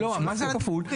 לא, מה זה כפול?